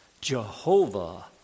Jehovah